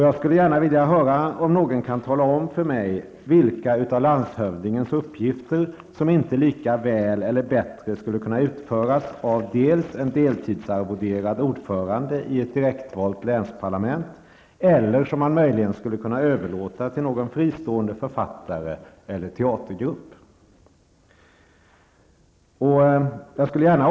Jag skulle vilja höra om någon kunde tala om för mig vilka av landshövdingens uppgifter som inte lika väl eller bättre kunde utföras av en deltidsarvoderad ordförande i ett direktvalt länsparlament eller som man kunde överlåta till någon fristående författare eller teatergrupp?